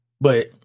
But-